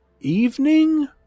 evening